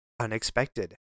unexpected